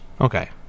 Okay